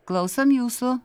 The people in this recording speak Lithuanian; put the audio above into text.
klausom jūsų